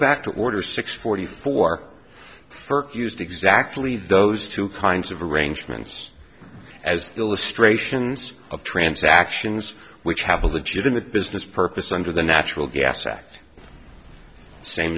back to order six forty four for used exactly those two kinds of arrangements as illustrations of transactions which have a legitimate business purpose under the natural gas act